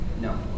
No